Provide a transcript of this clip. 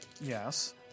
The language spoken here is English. Yes